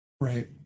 Right